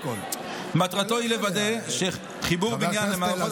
מטרתו היא לוודא שחיבור בניין למערכות